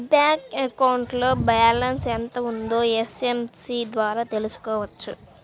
bank అకౌంట్లో balance ఎంత ఉందో ఎస్ఎంఎస్ ద్వారా తెలుసుకోవచ్చు